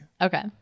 okay